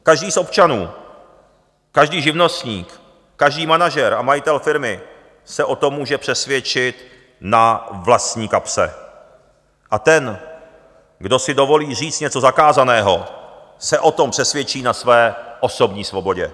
Každý z občanů, každý živnostník, každý manažer a majitel firmy se o tom může přesvědčit na vlastní kapse, a ten, kdo si dovolí říct něco zakázaného, se o tom přesvědčí na své osobní svobodě.